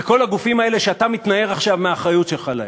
וכל הגופים האלה שאתה מתנער עכשיו מהאחריות שלך כלפיהם.